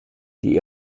die